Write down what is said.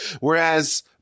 Whereas